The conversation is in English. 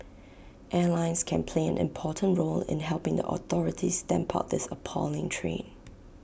airlines can play an important role in helping the authorities stamp out this appalling trade